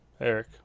Eric